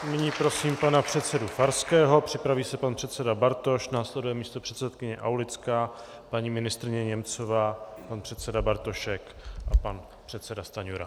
Nyní prosím pana předsedu Farského, připraví se pan předseda Bartoš, následuje místopředsedkyně Aulická, paní ministryně Němcová, pan předseda Bartošek a pan předseda Stanjura.